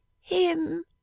Him